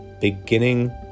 beginning